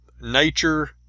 nature